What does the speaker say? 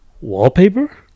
Wallpaper